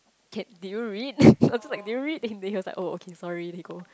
can did you read also like did you read then he he was like oh sorry they go